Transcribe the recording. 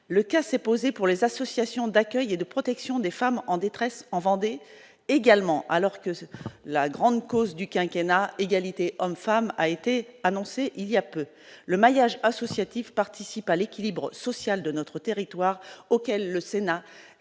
le cas s'est posé pour les associations d'accueil et de protection des femmes en détresse en Vendée également alors que c'est la grande cause du quinquennat égalité hommes-femmes a été annoncée il y a peu le maillage associatif participe à l'équilibre social de notre territoire auquel le Sénat